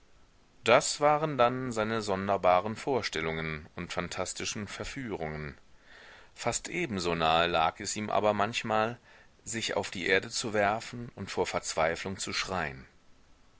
das waren dann seine sonderbaren vorstellungen und phantastischen verführungen fast ebenso nahe lag es ihm aber manchmal sich auf die erde zu werfen und vor verzweiflung zu schreien